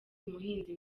umuhinzi